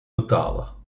betalen